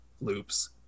loops